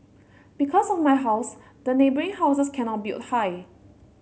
because of my house the neighbouring houses cannot build high